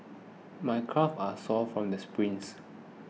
my calves are sore from the sprints